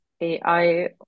AI